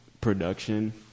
production